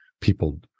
people